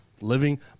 living